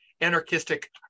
anarchistic